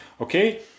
Okay